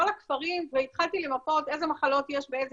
כל הכפרים והתחלתי למפות איזה מחלות יש באיזה